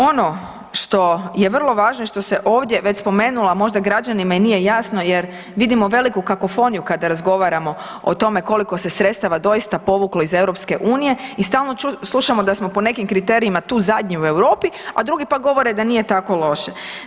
Ono što je vrlo važno i što se ovdje veće spomenulo, a možda građanima nije jasno jer vidimo veliku kakofoniju kada razgovaramo o tome koliko se sredstava doista povuklo iz EU i stalno slušamo da smo po nekim kriterijima tu zadnji u Europi, a drugi pak govore da nije tako loše.